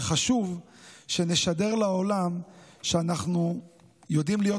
כשחשוב שנשדר לעולם שאנחנו יודעים להיות